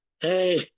Hey